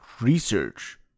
research